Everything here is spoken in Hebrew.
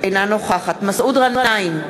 אינה נוכחת מסעוד גנאים,